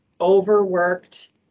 overworked